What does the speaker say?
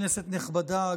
כנסת נכבדה,